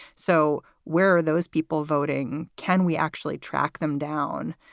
so where are those people voting? can we actually track them down?